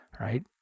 right